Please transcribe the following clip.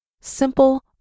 simple